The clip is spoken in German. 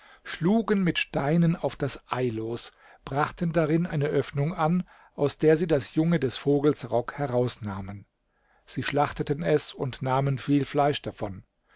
schlugen mit steinen auf das ei los brachten darin eine öffnung an aus der sie das junge des vogels rock herausnahmen sie schlachteten es und nahmen viel fleisch davon